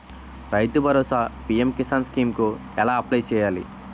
రైతు భరోసా PM Kisan scheme కు ఎలా అప్లయ్ చేయాలి?